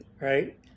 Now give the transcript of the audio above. right